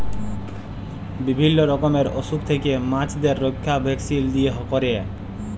বিভিল্য রকমের অসুখ থেক্যে মাছদের রক্ষা ভ্যাকসিল দিয়ে ক্যরে